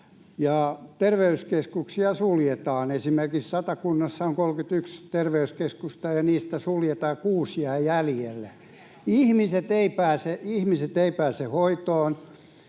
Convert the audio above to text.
terveyskeskuksia suljetaan. Esimerkiksi Satakunnassa on 31 terveyskeskusta, ja niitä suljetaan ja kuusi jää jäljelle. [Annika Saarikko: